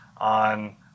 on